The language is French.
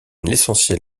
l’essentiel